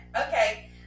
Okay